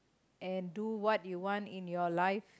and do what you want in your life